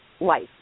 life